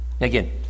Again